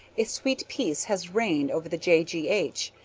a sweet peace has reigned over the j. g. h.